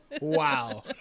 Wow